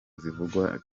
zivugwa